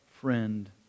friend